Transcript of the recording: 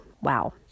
Wow